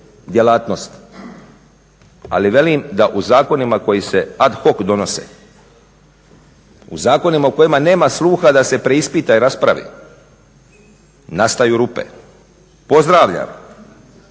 Ali velim da u zakonima koji se ad hoc donose, u zakonima u kojima nema sluha da se preispita i raspravi nastaju rupe. Pozdravljam